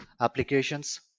applications